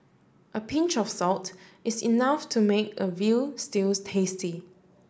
a pinch of salt is enough to make a veal stew tasty